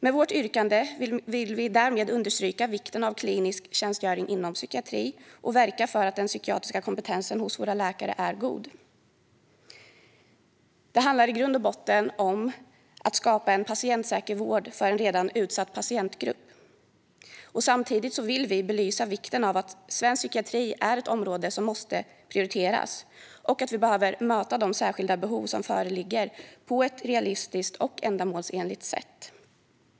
Med vårt yrkande vill vi därmed understryka vikten av klinisk tjänstgöring inom psykiatri och verka för att den psykiatriska kompetensen hos våra läkare är god. Det handlar i grund och botten om att skapa en patientsäker vård för en redan utsatt patientgrupp. Samtidigt vill vi belysa vikten av att svensk psykiatri är ett område som måste prioriteras och att vi behöver möta de särskilda behov som föreligger på ett realistiskt och ändamålsenligt sätt.